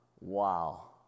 wow